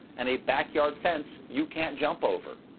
and a backyard fence you can't jump over.